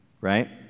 right